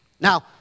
Now